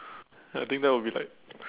I think that would be like